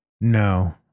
No